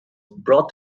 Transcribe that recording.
brought